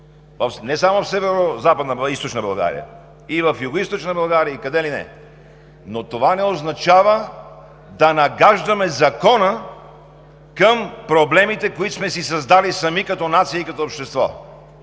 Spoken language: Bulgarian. Не само в Североизточна България – и в Югоизточна България, и къде ли не. Това не означава да нагаждаме Закона към проблемите, които сме си създали сами като нация и като общество.